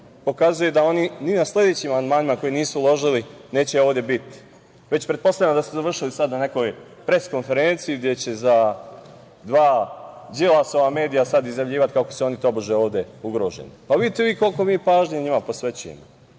pokazuje da oni ni na sledećim amandmanima koje su uložili neće ovde biti, već pretpostavljam da su završili sada na nekoj pres konferenciji gde će za dva Đilasova medija sada izjavljivati kako su oni tobože ugroženi. Vidite vi koliko mi pažnje njima posvećujemo,